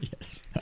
yes